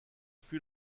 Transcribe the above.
fut